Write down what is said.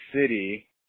city